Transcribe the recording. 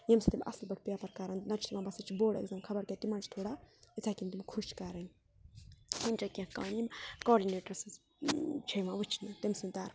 ییٚمہِ سۭتۍ تِم اَصٕل پٲٹھۍ پیپَر کَرَن نَتہٕ چھِ یِوان باسان چھِ بوڈ ایٚکزام خبر کینٛہہ تِمَن چھِ تھوڑا یِتھَے کِنۍ تِم خُش کَرٕنۍ یِم چھ کینٛہہ کامہِ یِم کاڈِنیٹَر سٕنٛز چھےٚ یِوان وٕچھنہِ تٔمۍ سٕنٛد طَرفہٕ